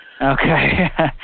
Okay